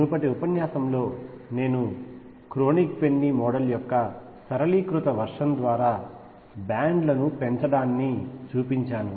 మునుపటి ఉపన్యాసంలో నేను క్రోనిగ్ పెన్నీ మోడల్ యొక్క సరళీకృత వర్షన్ ద్వారా బ్యాండ్ లను పెంచడాన్ని చూపించాను